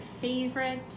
favorite